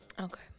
okay